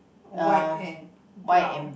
white and brown